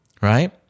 right